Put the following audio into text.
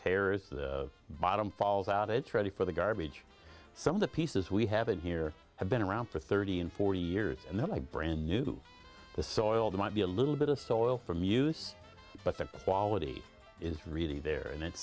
terrorise the bottom falls out it's ready for the garbage some of the pieces we have in here have been around for thirty and forty years and then i brand new the soil they might be a little bit of soil from use but the quality is really there and it's